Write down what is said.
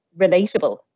relatable